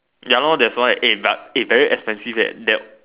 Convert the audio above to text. ya lor that's why eh but eh very expensive eh that